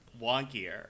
wonkier